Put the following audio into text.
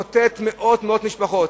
זה ימוטט מאות, מאות משפחות.